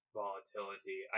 volatility